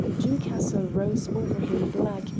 doom castle rose over him black,